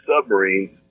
submarines